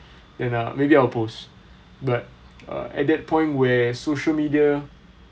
and uh maybe I'll post but at that point where social media